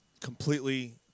completely